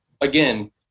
again